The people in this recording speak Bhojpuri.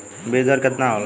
बीज दर केतना होला?